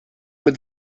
mit